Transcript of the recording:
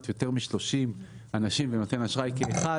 מיותר מ-30 אנשים ונותן אשראי כאחד,